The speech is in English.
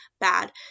bad